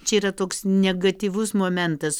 čia yra toks negatyvus momentas